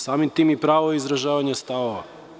Samim tim i pravo izražavanja stavova.